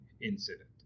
incident